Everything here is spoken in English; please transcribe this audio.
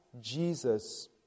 Jesus